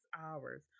hours